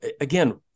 again